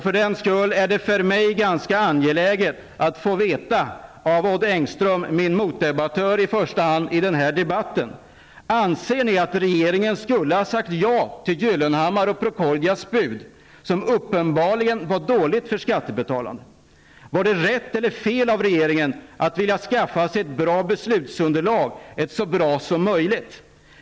För den skull är det för mig ganska angeläget att få veta av Odd Engström, som är min motdebattör i första hand i den här debatten: Anser ni att regeringen skulle ha sagt ja till Gyllenhammars och Procordias bud, som uppenbarligen var dåligt för skattebetalarna? Var det rätt eller fel av regeringen att vilja skaffa sig ett så bra beslutsunderlag som möjligt?